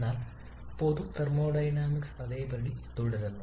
എന്നാൽ പൊതു തെർമോഡൈനാമിക്സ് അതേപടി തുടരുന്നു